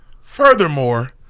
Furthermore